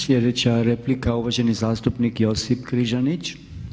Sljedeća je replika uvaženi zastupnik Josip Križanić.